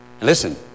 Listen